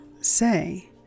say